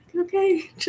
Okay